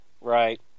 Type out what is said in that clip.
Right